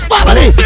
Family